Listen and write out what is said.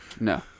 No